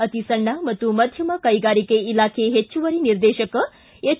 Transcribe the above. ಅತಿ ಸಣ್ಣ ಮತ್ತು ಮಧ್ಯಮ ಕೈಗಾರಿಕೆ ಇಲಾಖೆ ಹೆಚ್ಚುವರಿ ನಿರ್ದೇಶಕ ಎಚ್